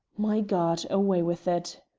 my god! away with it.